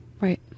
Right